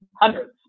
hundreds